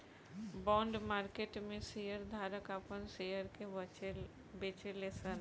bond market में share धारक आपन शेयर के बेचेले सन